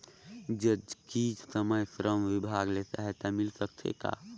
जचकी समय श्रम विभाग ले सहायता मिल सकथे का?